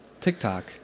TikTok